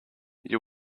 you